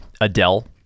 Adele